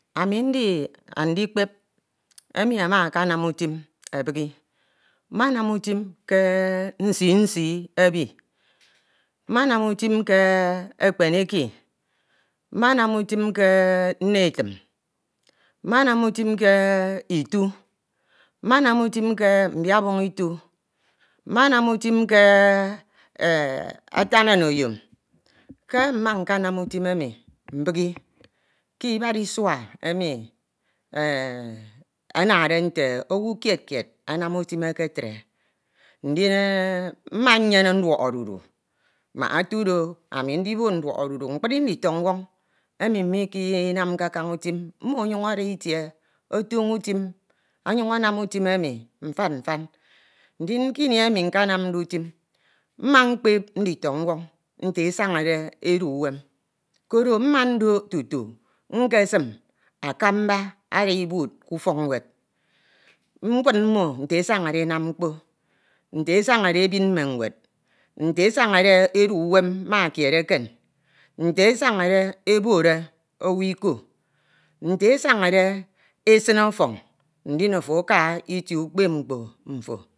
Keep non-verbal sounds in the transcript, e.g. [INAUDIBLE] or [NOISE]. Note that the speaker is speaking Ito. Ami ndi andikpep emi ama akanam obidi utin ke nsii nsii obi mmenam utim ke Ekpene Eki. mmenam utim ke nnetin. mmenam utin ke ito. mmenam utim ke mbiabong ito. mmenam utim ke, [HESITATION] [NOISE] Atan onoyon [NOISE] Ke mma nkenam utin emi mbighi ek ibad isua emu anade nte [HESITATION] owu kied kied anam utim ekethe. ndim. Mma nyene nduọk [HESITATION] edudu. mbak etu do ami ndibo nduọk [HESITATION] edudu. Mkpri nditọnwọñ emi mmamke kaña utim mmo ọnyuñ ada itie otoño utim ọnyuñ anam utim emi mfan mfan. Ndin ke imi emi nkenomde utim. mma mkpep nditọñwọñ nte esinade edie uwem. kọrọ mma ndok tutu nkesin akamba ada ibud ke ufọk nwed. Nkoud mmo nte esañade enem mkpo. nte esiñade ebin mme mwed. nte esañase edu uwem ma kied eken. nte esañade oboro owu ndin ofo aka itie ukpep mkpo mfo.